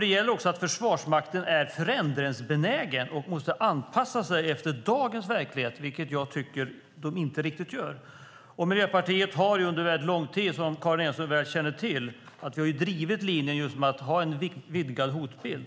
Det gäller också att Försvarsmakten är förändringsbenägen och kan anpassa sig efter dagens verklighet, vilket jag tycker att Försvarsmakten inte gör. Miljöpartiet har under lång tid, som Karin Enström väl känner till, drivit linjen om att ha en vidgad hotbild.